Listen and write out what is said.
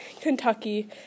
Kentucky